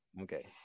Okay